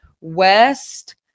West